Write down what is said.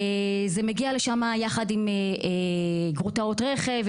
זה מגיע לשם יחד עם גרוטאות רכב,